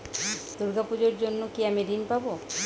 দুর্গা পুজোর জন্য কি আমি ঋণ পাবো?